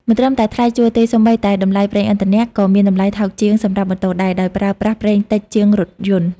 មិនត្រឹមតែថ្លៃជួលទេ សូម្បីតែ តម្លៃប្រេងឥន្ធនៈ ក៏មានតម្លៃថោកជាងសម្រាប់ម៉ូតូដែរ ដោយប្រើប្រាស់ប្រេងតិចជាងរថយន្ត។